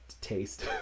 taste